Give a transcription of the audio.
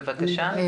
בבקשה.